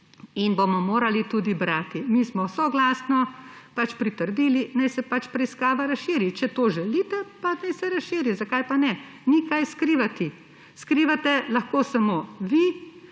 In bomo morali tudi brati. Mi smo soglasno pritrdili, da naj se pač preiskava razširi. Če to želite, pa naj se razširi. Zakaj pa ne? Ni česa skrivati. Skrivate lahko samo vi,